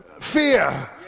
fear